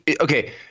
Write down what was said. Okay